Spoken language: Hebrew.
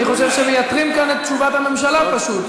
אני חושב שמייתרים כאן את תשובת הממשלה, פשוט.